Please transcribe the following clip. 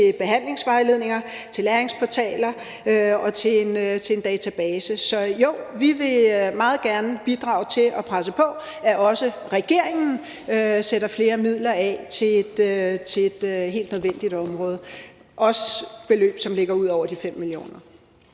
til behandlingsvejledninger, til læringsportaler og til en database. Så jo, vi vil meget gerne bidrage til at presse på for, at også regeringen sætter flere midler af til et helt nødvendigt område – også et beløb, som ligger ud over de 5 mio.